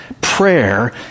prayer